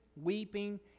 weeping